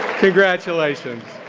congratulations.